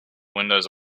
windows